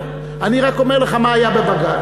אני רק אומר לך מה היה בבג"ץ.